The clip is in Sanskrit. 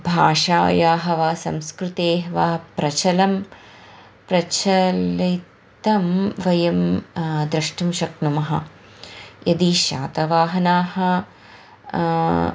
भाषायाः वा संस्कृतेः वा प्रचलं प्रचलितं वयं द्रष्टुं शक्नुमः यदि शातवाहनाः